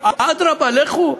אדרבה, לכו.